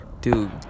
Dude